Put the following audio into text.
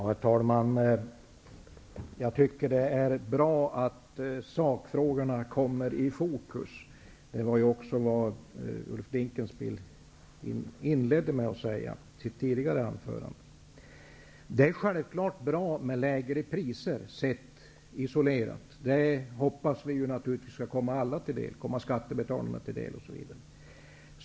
Herr talman! Jag tycker att det är bra att sakfrågorna kommer i fokus. Ulf Dinkelspiel sade det också i inledningsanförandet. Det är självfallet bra med lägre priser sett i ett isolerat perspektiv. Vi hoppas naturligtvis att något sådant skall komma alla skattebetalare till del.